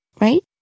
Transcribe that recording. right